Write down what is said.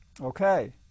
okay